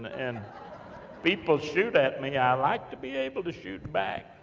and people shoot at me, i like to be able to shoot back,